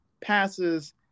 passes